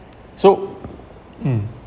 so mm